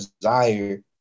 desire